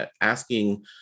asking